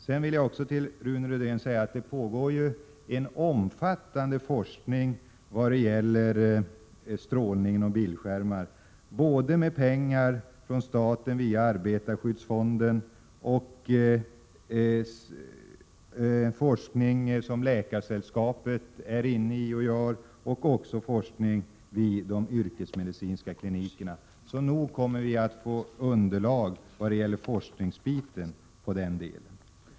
Sedan vill jag också till Rune Rydén säga att det pågår en omfattande forskning när det gäller strålning och bildskärmar — jag tänker då på forskningspengar från staten via arbetarskyddsfonden, på forskning som Läkaresällskapet utför och på forskning vid de yrkesmedicinska klinikerna — så nog kommer vi att få underlag från forskningen på den punkten.